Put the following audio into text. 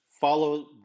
follow